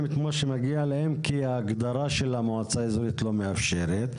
את המגיע להם כי ההגדרה של המועצה האזורית לא מאפשרת.